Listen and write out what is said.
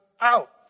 out